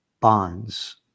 bonds